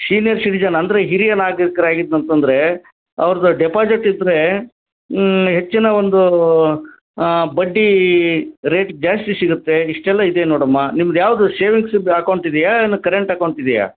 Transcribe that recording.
senior citizen ಅಂದರೆ ಹಿರಿಯ ನಾಗರಿಕ್ರು ಆಗಿದ್ರ್ ಅಂತಂದ್ರೆ ಅವ್ರದ್ದು ಡೆಪಾಜಿಟ್ ಇದ್ದರೆ ಹೆಚ್ಚಿನ ಒಂದು ಬಡ್ಡಿ ರೇಟ್ ಜಾಸ್ತಿ ಸಿಗತ್ತೆ ಇಷ್ಟೆಲ್ಲ ಇದೆ ನೋಡಮ್ಮ ನಿಮ್ದು ಯಾವುದು ಶೇವಿಂಗ್ಸಿದ್ದು ಅಕೌಂಟ್ ಇದೆಯಾ ಏನು ಕರೆಂಟ್ ಅಕೌಂಟ್ ಇದೆಯಾ